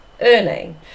earning